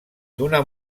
d’una